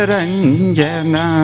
Ranjana